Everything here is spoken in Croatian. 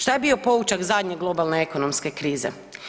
Šta je bio poučak zadnje globalne ekonomske krize?